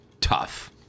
tough